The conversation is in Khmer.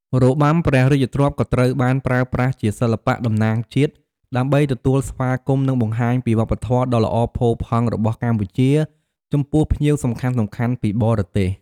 របាំព្រះរាជទ្រព្យក៏ត្រូវបានប្រើប្រាស់ជាសិល្បៈតំណាងជាតិ ដើម្បីទទួលស្វាគមន៍ និងបង្ហាញពីវប្បធម៌ដ៏ល្អផូរផង់របស់កម្ពុជាចំពោះភ្ញៀវសំខាន់ៗពីបរទេស។